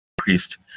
increased